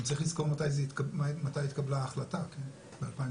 גם צריך לזכור מתי התקבלה ההחלטה, ב-2018.